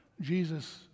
jesus